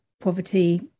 poverty